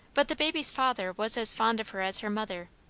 but the baby's father was as fond of her as her mother,